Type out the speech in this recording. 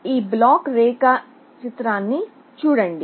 ఈ బ్లాక్ రేఖాచిత్రాన్ని చూడండి